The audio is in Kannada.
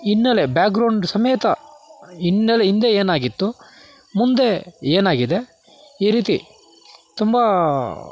ಹಿನ್ನೆಲೆ ಬ್ಯಾಕ್ಗ್ರೌಂಡ್ ಸಮೇತ ಹಿನ್ನೆಲೆ ಹಿಂದೆ ಏನಾಗಿತ್ತು ಮುಂದೆ ಏನಾಗಿದೆ ಈ ರೀತಿ ತುಂಬ